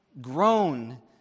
grown